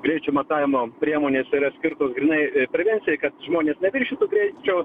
greičio matavimo priemonės yra skirtos grynai prevencijai kad žmonės neviršytų greičio